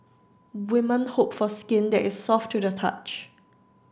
women hope for skin that is soft to the touch